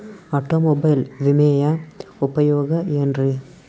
Automobile ವಿಮೆಯ ಉಪಯೋಗ ಏನ್ರೀ?